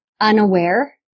unaware